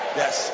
yes